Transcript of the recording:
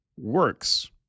works